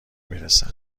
میرسد